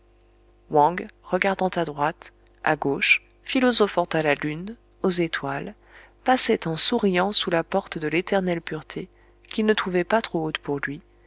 wang regardant à droite à gauche philosophant à la lune aux étoiles passait en souriant sous la porte de l'éternelle pureté qu'il ne trouvait pas trop haute pour lui